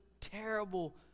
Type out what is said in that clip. terrible